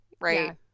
right